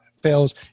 fails